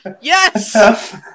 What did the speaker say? Yes